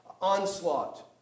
onslaught